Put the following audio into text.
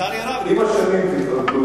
לצערי הרב, עם השנים תתרגלו.